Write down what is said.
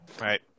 right